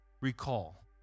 recall